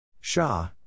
Shah